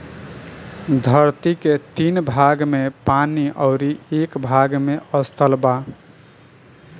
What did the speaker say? धरती के तीन भाग में पानी अउरी एक भाग में स्थल बा